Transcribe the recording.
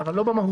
אבל לא במהות.